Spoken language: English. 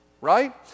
Right